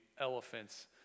elephant's